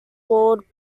walled